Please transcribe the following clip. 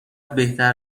بهتر